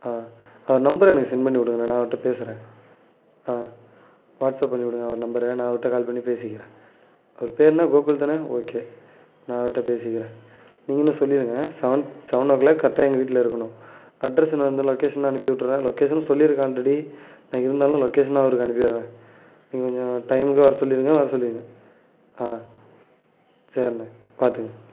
ஆ அவரு நம்பரை எனக்கு செண்ட் பண்ணிவிடுங்கண்ண நான் அவர்கிட்ட பேசுகிறேன் ஆ வாட்ஸ்அப் பண்ணிவிடுங்க அவர் நம்பரை நான் அவர்கிட்ட கால் பண்ணி பேசிக்கிறேன் அவர் பேர் என்ன கோகுல்தானே ஓகே நான் அவர்கிட்ட பேசிக்கிறேன் நீங்களும் சொல்லிவிடுங்க சவன் சவன் ஓ கிளாக்குக்கு கரெக்டாக எங்கள் வீட்டில் இருக்கணும் அட்ரெஸ் நான் வந்து லொகேஷன் அனுப்பிவிட்டுர்றேன் லொகேஷனும் சொல்லியிருக்கேன் ஆல்ரெடி நான் இருந்தாலும் லொகேஷனை அவருக்கு அனுப்பிடுறேன் நீங்கள் கொஞ்சம் டைமுக்கு வர சொல்லிவிடுங்க வர சொல்லிவிடுங்க ஆ சரிண்ண பார்த்துக்குங்க